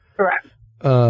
Correct